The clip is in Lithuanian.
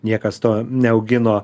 niekas to neaugino